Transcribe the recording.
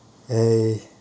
eh